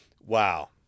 Wow